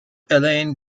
alain